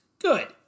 Good